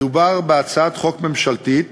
מדובר בהצעת חוק ממשלתית